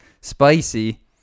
Spicy